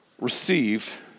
Receive